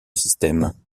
système